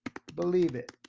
believe it.